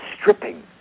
stripping